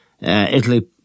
Italy